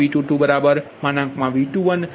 15 જે 3